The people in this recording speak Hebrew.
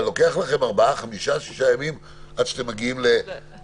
אבל לוקח לכם ארבעה-חמישה-שישה ימים עד שאתם לא מגיעים להחלטה,